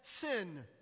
sin